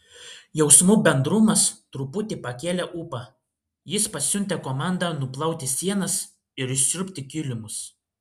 jausmų bendrumas truputį pakėlė ūpą jis pasiuntė komandą nuplauti sienas ir išsiurbti kilimus